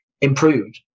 improved